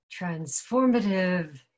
transformative